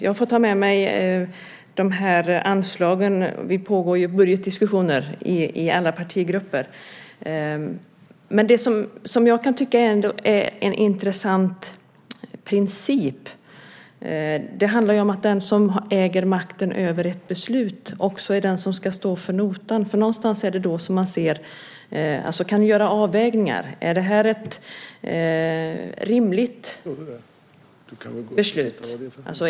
Jag får ta med mig frågan om anslagen. Det pågår ju budgetdiskussioner i alla partigrupper. Det jag ändå tycker är en intressant princip är att den som äger makten över ett beslut också är den som ska stå för notan. Det är denne som kan se om man kan göra avvägningar. Är det här ett rimligt beslut?